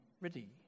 Ready